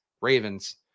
Ravens